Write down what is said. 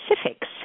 specifics